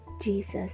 Jesus